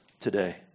today